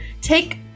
take